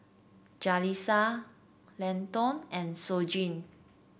Jalisa Leighton and Shoji